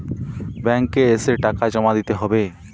Bank এ এসে টাকা জমা দিতে হবে?